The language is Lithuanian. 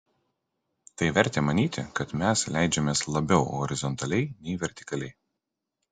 tai vertė manyti kad mes leidžiamės labiau horizontaliai nei vertikaliai